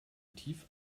tief